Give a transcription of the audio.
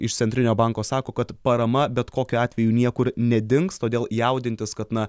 iš centrinio banko sako kad parama bet kokiu atveju niekur nedings todėl jaudintis kad na